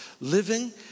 living